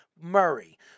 Murray